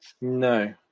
No